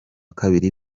kabiri